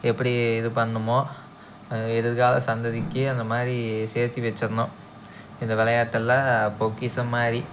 எப்படி இது பண்ணுமோ எதிர்கால சந்ததிக்கு அந்தமாதிரி சேர்த்தி வச்சிடுணும் இந்த விளையாட்டெல்லாம் பொக்கிஷம் மாதிரி